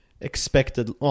expected